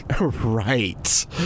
Right